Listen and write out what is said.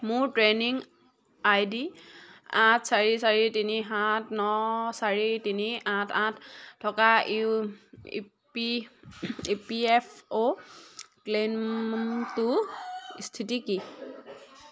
মোৰ training I D আঠ চাৰি চাৰি তিনি সাত ন চাৰি তিনি আঠ আঠ থকা U E P E P F অ' ক্লেইমটোৰ স্থিতি কি